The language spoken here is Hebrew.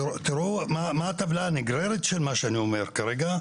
אתה רואה מה הנגררת של מה שאני אומר כרגע.